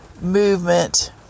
movement